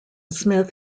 smith